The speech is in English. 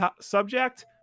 subject